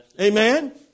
Amen